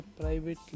private